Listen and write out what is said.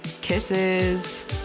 Kisses